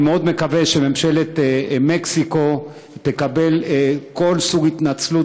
אני מאוד מקווה שממשלת מקסיקו תקבל כל סוג התנצלות,